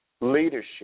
leadership